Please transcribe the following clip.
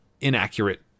inaccurate